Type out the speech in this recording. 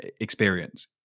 experience